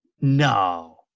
No